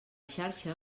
xarxa